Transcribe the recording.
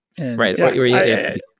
Right